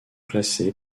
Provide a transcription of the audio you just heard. classé